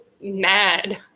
mad